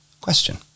Question